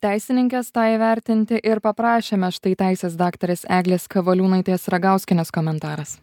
teisininkės tą įvertinti ir paprašėme štai teisės daktarės eglės kavoliūnaitės ragauskienės komentaras